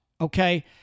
okay